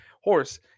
horse